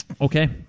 Okay